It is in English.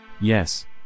Yes